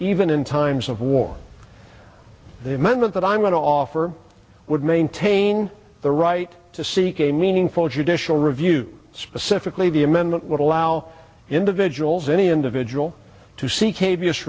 even in times of war the amendment that i'm going to offer would maintain the right to seek a meaningful judicial review specifically the amendment would allow individuals any individual to see